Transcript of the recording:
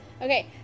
okay